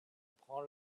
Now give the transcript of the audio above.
prend